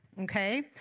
okay